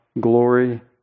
glory